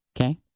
okay